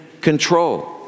control